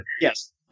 Yes